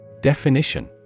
Definition